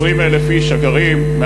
20,000 איש הגרים שם,